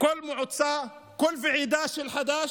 כל מועצה, כל ועידה של חד"ש,